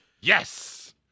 Yes